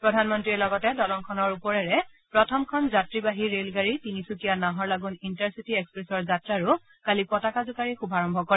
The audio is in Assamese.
প্ৰধানমন্ত্ৰীয়ে লগতে দলংখনৰ ওপৰেৰে প্ৰথমখন যাত্ৰীবাহী ৰেলগাড়ী তিনিচুকীয়া নাহৰলাগুন ইণ্টাৰচিটি এক্সপ্ৰেছৰ যাত্ৰাৰো কালি পতাকা জোকাৰি শুভাৰম্ভ কৰে